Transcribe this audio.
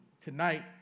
Tonight